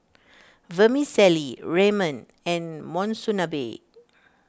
Vermicelli Ramen and Monsunabe